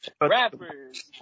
rappers